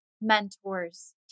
mentors